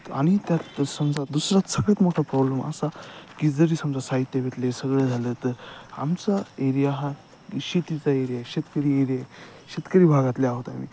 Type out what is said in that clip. आणि त्यात समजा दुसरात सगळ्यात मोठा प्रॉब्लेम असा की जरी समजा साहित्य भेटले सगळं झालं तर आमचा एरिया हा शेतीचा एरिया आहे शेतकरी एरिया आहे शेतकरी भागातले आहोत आम्ही